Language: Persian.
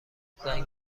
زنگ